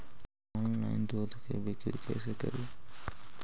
Online दुध के बिक्री कैसे करि?